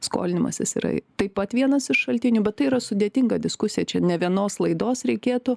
skolinimasis yra taip pat vienas iš šaltinių bet tai yra sudėtinga diskusija čia ne vienos laidos reikėtų